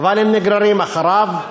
אבל הם נגררים אחריו.